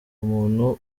umuntu